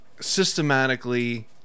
systematically